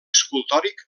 escultòric